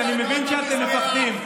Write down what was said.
אני מבין שאתם מפחדים.